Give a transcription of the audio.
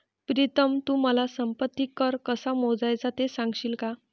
प्रीतम तू मला संपत्ती कर कसा मोजायचा ते सांगशील का?